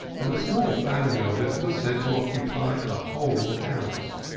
and a small family of it was said to occupy a whole house.